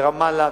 ברמאללה,